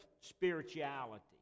spirituality